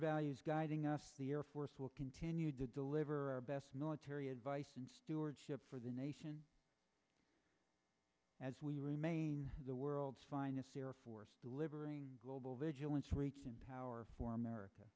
values guiding us the air force will continue to deliver our best military advice and stewardship for the nation as we remain the world's finest air force delivering global vigilance free power for america